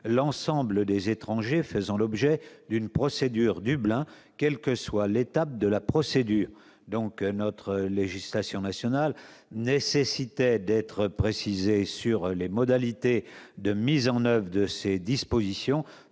l'ensemble des étrangers faisant l'objet d'une procédure Dublin, quelle que soit l'étape de la procédure. Notre législation nécessitait d'être précisée quant aux modalités de mise en oeuvre de ces dispositions